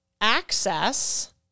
access